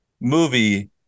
movie